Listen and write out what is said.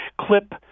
clip